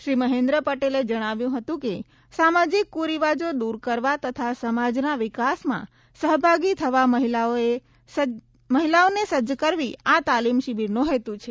શ્રી મહેન્દ્ર પટેલે જણાવ્યું હતું કે સામાજિક કુરિવાજો દૂર કરવા તથા સમાજના વિકાસમાં સહભાગી થવા મહિલાઓને સજ્જ કરવી આ તાલીમ શિબિરનો હેતુ છે